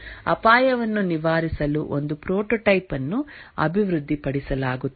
ಅಪಾಯವನ್ನು ನಿವಾರಿಸಲು ಒಂದು ಪ್ರೊಟೋಟೈಪ್ ಅನ್ನು ಅಭಿವೃದ್ಧಿಪಡಿಸಲಾಗುತ್ತದೆ